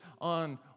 on